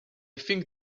think